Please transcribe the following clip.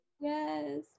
Yes